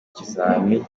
ikizami